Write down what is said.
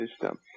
system